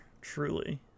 truly